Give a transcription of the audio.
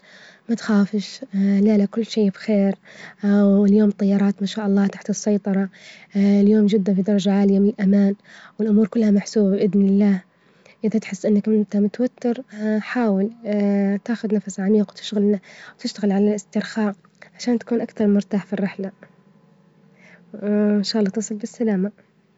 ما تخافش لا لا كل شي بخير، واليوم الطيارات ما شاء الله تحت السيطرة، اليوم جد في درجة عالية من الأمان، والأمور كلها محسوبة بإذن الله، إذا تحس إنك إنت متوتر حاول تاخذ نفس عميج وتشتغل عنه، وتشتغل على الاسترخاء، عشان تكون أكثر مرتاح في الرحلة، إن شاء الله توصل بالسلامة.